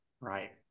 Right